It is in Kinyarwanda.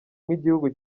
nk’igihugu